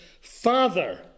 Father